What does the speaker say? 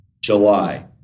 July